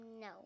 No